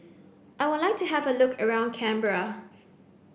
I would like to have a look around Canberra